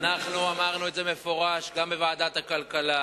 אמרנו במפורש גם בוועדת הכלכלה